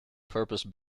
purpose